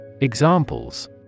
Examples